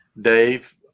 Dave